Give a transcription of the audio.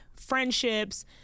friendships